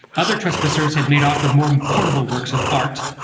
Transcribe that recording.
other trespassers had made off with more portable works of art,